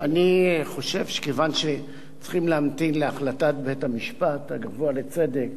אני חושב שכיוון שצריכים להמתין להחלטת בית-המשפט הגבוה לצדק,